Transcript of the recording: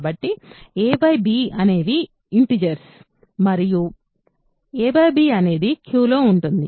కాబట్టి a b అనేవి integers మరియు a b అనేది Qలో ఉంటుంది